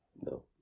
no